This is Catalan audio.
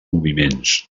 moviments